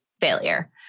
failure